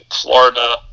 Florida